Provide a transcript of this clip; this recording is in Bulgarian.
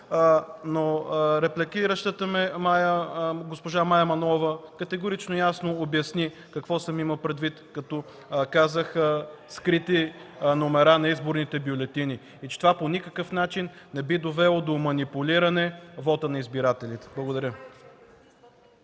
но репликиращата ме госпожа Мая Манолова категорично и ясно обясни какво съм имал предвид, като казах „скрити номера на изборните бюлетини” и че това по никакъв начин не би довело да манипулиране вота на избирателите. Благодаря.